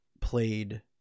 played